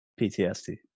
PTSD